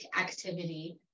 activity